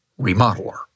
remodeler